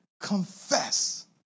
confess